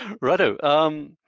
Righto